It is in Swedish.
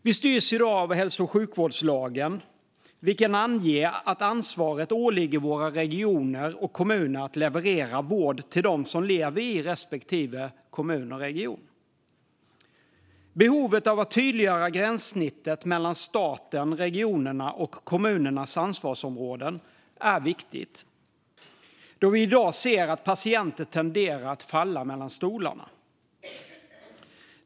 Vi styrs i dag av hälso och sjukvårdslagen, vilken anger att det åligger våra regioner och kommuner att ansvara för att leverera vård till dem som lever i respektive kommun och region. Behovet av att tydliggöra gränssnittet mellan statens, regionernas och kommunernas ansvarsområden är viktigt, då vi i dag ser tendenser till att patienter faller mellan stolarna.